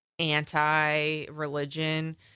anti-religion